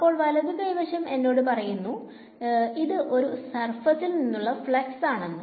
അപ്പോൾ വലതു കൈ വശം എന്നോട് പറയുന്നു ഇത് ഒരു സർഫെസിൽ നിന്നുള്ള ഫ്ലക്സ് ആണെന്ന്